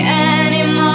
anymore